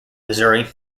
missouri